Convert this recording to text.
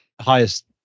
highest